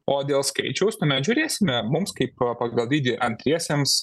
o dėl skaičiaus tuomet žiūrėsime mums kaip pagal dydį antriesiems